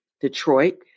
Detroit